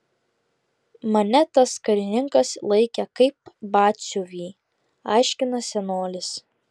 mane tas karininkas laikė kaip batsiuvį aiškina senolis